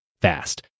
fast